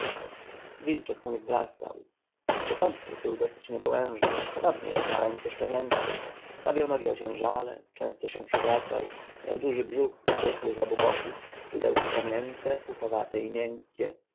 wilczek mój wzrastał z początku był dosyć niedołężny podobnie jak maleńkie szczenięta stawiał nogi ociężale często się przewracał miał duży brzuch wypukły z obu boków kudełki pomięte puchowate i miękkie